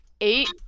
eight